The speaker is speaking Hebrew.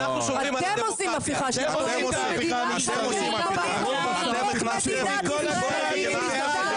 אתם כאילו באתם לשרת אדם אחד.